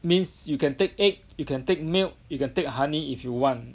means you can take egg you can take milk you can take honey if you want